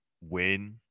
win